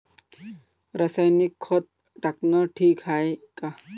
रासायनिक खत टाकनं ठीक हाये का?